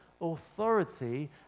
authority